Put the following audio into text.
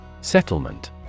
Settlement